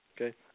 Okay